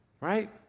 Right